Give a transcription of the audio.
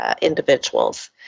individuals